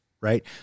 right